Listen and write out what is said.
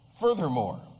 Furthermore